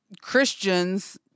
Christians